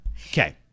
Okay